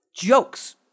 jokes